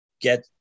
get